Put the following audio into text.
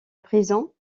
prison